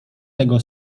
tego